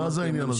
כמו שאמרתי,